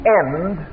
end